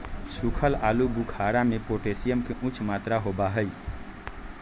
सुखल आलू बुखारा में पोटेशियम के उच्च मात्रा होबा हई